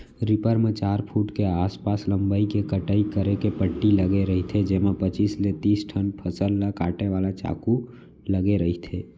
reaper म चार foot के आसपास लंबई के कटई करे के पट्टी लगे रहिथे जेमा पचीस ले तिस ठन फसल ल काटे वाला चाकू लगे रहिथे